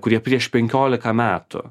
kurie prieš penkiolika metų